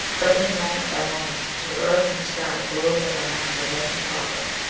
brightening moment by moment, till earth and sky glowed like a mass of molten copper.